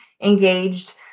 engaged